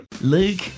Luke